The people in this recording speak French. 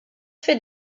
fait